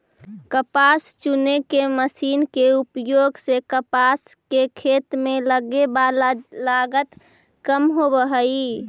कपास चुने के मशीन के उपयोग से कपास के खेत में लगवे वाला लगत कम होवऽ हई